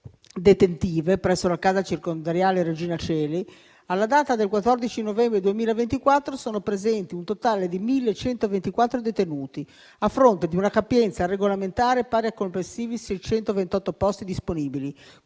detentive presso la casa circondariale Regina Coeli, alla data del 14 novembre 2024 sono presenti un totale di 1.124 detenuti a fronte di una capienza regolamentare pari a complessivi 628 posti disponibili,